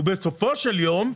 בסופו של יום,